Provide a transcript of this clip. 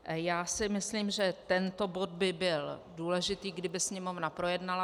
Já si myslím, že tento bod by byl důležitý, kdyby Sněmovna projednala.